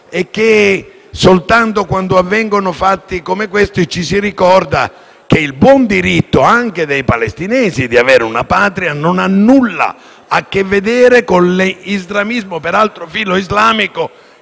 e che soltanto quando avvengono fatti come questi ci si ricordi che il buon diritto, anche dei palestinesi, di avere una patria non ha nulla a che vedere con l'estremismo (peraltro filoislamico)